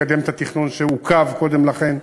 לקדם את התכנון שעוכב קודם לכן.